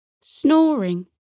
snoring